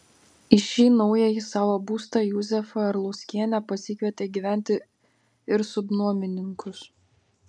į šį naująjį savo būstą juzefa arlauskienė pasikvietė gyventi ir subnuomininkus